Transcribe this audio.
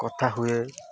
କଥା ହୁଏ